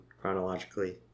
chronologically